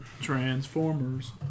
Transformers